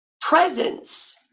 presence